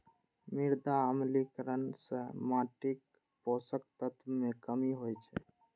मृदा अम्लीकरण सं माटिक पोषक तत्व मे कमी होइ छै